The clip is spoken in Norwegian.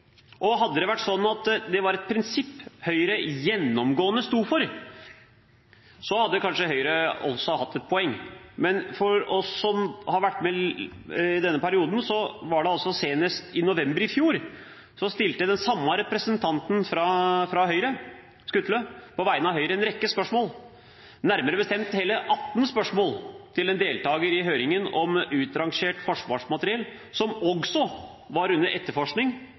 Og hadde det vært sånn at det var et prinsipp Høyre gjennomgående sto for, hadde kanskje Høyre hatt et poeng. Men for oss som har vært med i denne perioden, var det altså senest i november i fjor at den samme representanten fra Høyre, Skutle, på vegne av Høyre stilte en rekke spørsmål, nærmere bestemt hele 18 spørsmål, til en deltager i høringen om utrangert forsvarsmateriell, som også var under etterforskning